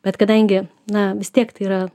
bet kadangi na vis tiek tai yra